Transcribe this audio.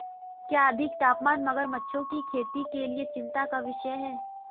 क्या अधिक तापमान मगरमच्छों की खेती के लिए चिंता का विषय है?